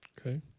Okay